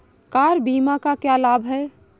Car बीमा का क्या लाभ है?